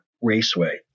Raceway